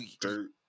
dirt